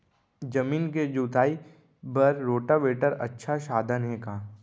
जमीन के जुताई बर रोटोवेटर अच्छा साधन हे का?